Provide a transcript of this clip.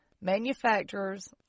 Manufacturers